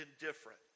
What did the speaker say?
indifferent